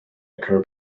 occur